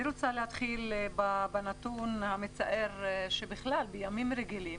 אני רוצה להתחיל בנתון המצער שבימים רגילים,